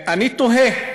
אני תוהה,